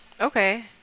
okay